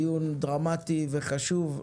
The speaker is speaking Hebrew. דיון דרמטי וחשוב,